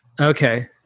okay